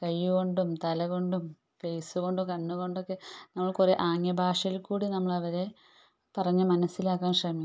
കൈകൊണ്ടും തലകൊണ്ടും ഫേസ് കൊണ്ടും കണ്ണു കൊണ്ടുമൊക്കെ നമ്മൾ കുറേ ആംഗ്യ ഭാഷയിൽ കൂടി നമ്മൾ അവരെ പറഞ്ഞ് മനസ്സിലാക്കാൻ ശ്രമിക്കും